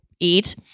eat